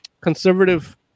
conservative